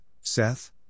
Seth